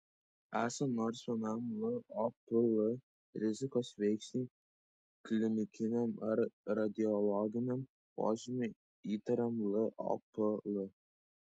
esant nors vienam lopl rizikos veiksniui klinikiniam ar radiologiniam požymiui įtariam lopl